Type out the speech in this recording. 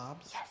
Yes